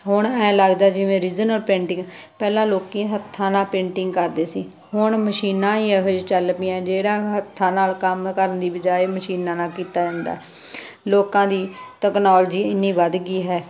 ਹੁਣ ਐਂ ਲੱਗਦਾ ਜਿਵੇਂ ਓਰੀਜਨਲ ਪੇਂਟਿੰਗ ਪਹਿਲਾਂ ਲੋਕ ਹੱਥਾਂ ਨਾਲ ਪੇਂਟਿੰਗ ਕਰਦੇ ਸੀ ਹੁਣ ਮਸ਼ੀਨਾਂ ਹੀ ਇਹੋ ਜਿਹੀ ਚੱਲ ਪਈਆਂ ਜਿਹੜਾ ਹੱਥਾਂ ਨਾਲ ਕੰਮ ਕਰਨ ਦੀ ਬਜਾਏ ਮਸ਼ੀਨਾਂ ਨਾਲ ਕੀਤਾ ਜਾਂਦਾ ਲੋਕਾਂ ਦੀ ਤਕਨਾਲੋਜੀ ਇੰਨੀ ਵੱਧ ਗਈ ਹੈ